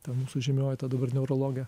ta mūsų žymioji ta dabar neurologė